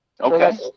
Okay